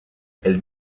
elle